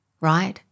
right